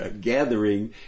gathering